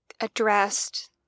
addressed